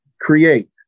create